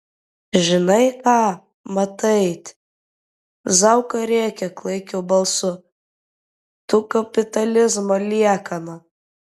žinai ką mataiti zauka rėkia klaikiu balsu tu kapitalizmo liekana